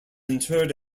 interred